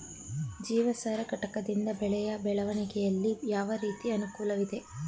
ಜೀವಸಾರ ಘಟಕದಿಂದ ಬೆಳೆಯ ಬೆಳವಣಿಗೆಯಲ್ಲಿ ಯಾವ ರೀತಿಯ ಅನುಕೂಲವಿದೆ?